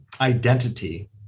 identity